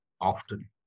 often